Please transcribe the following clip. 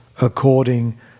according